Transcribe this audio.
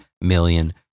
million